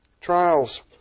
trials